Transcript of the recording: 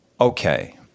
okay